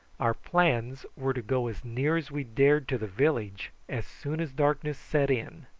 our plans were to go as near as we dared to the village as soon as darkness set in,